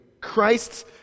Christ's